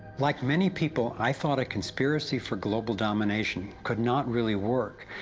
like many people, i thought a conspiracy for global domination could not really work,